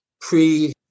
pre-